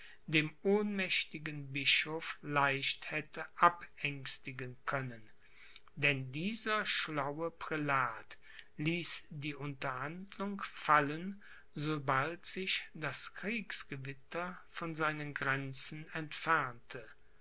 dem ohnmächtigen bischof leicht hätte abängstigen können denn dieser schlaue prälat ließ die unterhandlung fallen sobald sich das kriegsgewitter von seinen grenzen entfernte